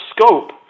scope